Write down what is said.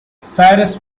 cyrus